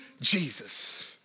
Jesus